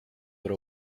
what